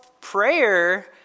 prayer